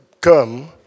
come